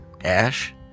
ash